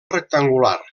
rectangular